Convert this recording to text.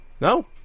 No